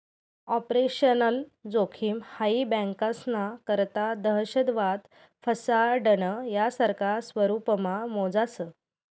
operational जोखिम हाई बँकास्ना करता दहशतवाद, फसाडणं, यासारखा स्वरुपमा मोजास